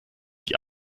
die